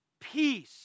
peace